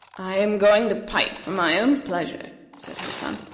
i am going to pipe for my own pleasure, said her son.